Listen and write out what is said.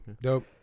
dope